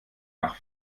nach